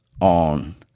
on